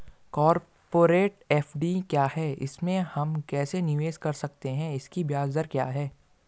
Corporate FD क्या है इसमें हम कैसे निवेश कर सकते हैं इसकी ब्याज दर क्या है?